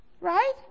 right